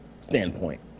standpoint